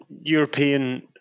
European